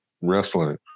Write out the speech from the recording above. wrestling